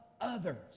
others